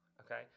Okay